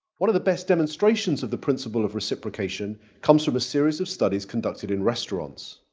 one of the best demonstrations of the principle of reciprocation comes from a series of studies conducted in restaurants.